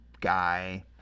guy